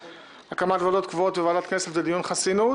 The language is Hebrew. הקמת ועדות קבועות וועדת כנסת לדיון חסינות,